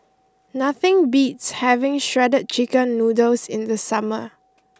nothing beats having Shredded Chicken Noodles in the summer